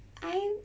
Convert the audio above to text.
I'm